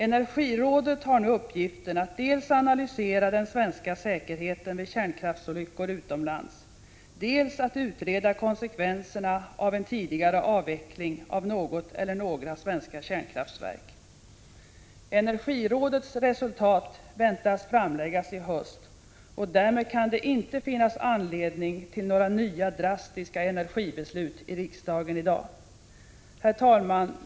Energirådet har nu uppgiften att dels analysera den svenska säkerheten vid kärnkraftsolyckor utomlands, dels utreda konsekvenserna av en tidigare avveckling av något eller några svenska kärnkraftverk. Energirådets resultat väntas framläggas i höst, och därmed kan det inte finnas anledning till några nya drastiska energibeslut i riksdagen i dag. Herr talman!